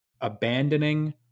abandoning